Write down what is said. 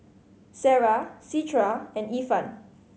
Sarah Citra and Irfan